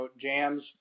jams